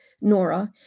Nora